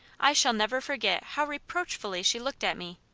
i shall never forget how reproachfully she looked at me.